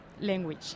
language